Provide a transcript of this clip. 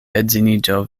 edziniĝo